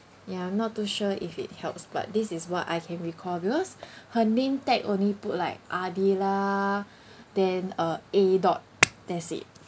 ya I'm not too sure if it helps but this is what I can recall because her name tag only put like adilah then uh A dot that's it